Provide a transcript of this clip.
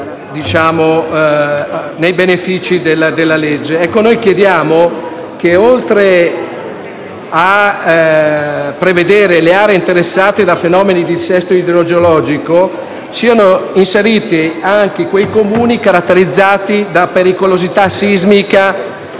rientrare nei benefici della legge. Chiediamo che, oltre alle aree interessate da fenomeni di dissesto idrogeologico, siano inseriti anche quei Comuni caratterizzati da pericolosità sismica